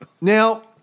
Now